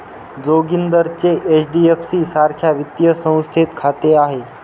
जोगिंदरचे एच.डी.एफ.सी सारख्या वित्तीय संस्थेत खाते आहे